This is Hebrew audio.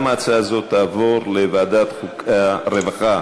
גם ההצעה הזאת תעבור לוועדת העבודה, הרווחה